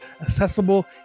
accessible